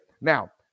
Now